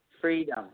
FREEDOM